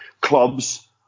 clubs